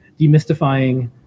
demystifying